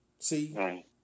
See